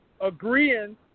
agreeing